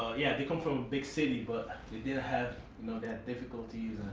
yeah they come from a big city but they didn't have no doubt difficulties.